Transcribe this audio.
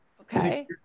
Okay